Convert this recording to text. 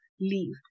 leave